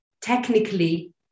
technically